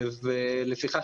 לפיכך,